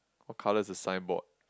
what colour is the sign board